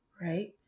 right